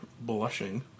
blushing